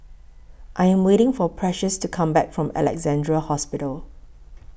I Am waiting For Precious to Come Back from Alexandra Hospital